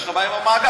יש לך בעיה עם המאגר,